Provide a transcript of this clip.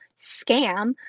scam